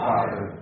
Father